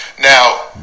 Now